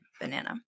banana